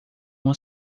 uma